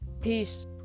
peace